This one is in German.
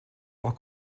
auch